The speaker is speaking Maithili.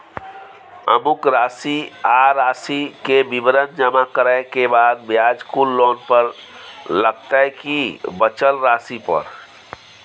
अमुक राशि आ राशि के विवरण जमा करै के बाद ब्याज कुल लोन पर लगतै की बचल राशि पर?